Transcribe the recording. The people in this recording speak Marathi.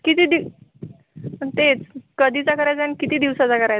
किती दिव पण तेच कधीचा करायचा आणि किती दिवसाचा करायचा